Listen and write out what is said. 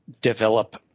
develop